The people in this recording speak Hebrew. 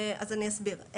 אז אני אסביר.